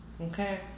Okay